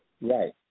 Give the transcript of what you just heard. Right